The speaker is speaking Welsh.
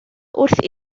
wrth